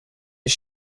his